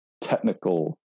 technical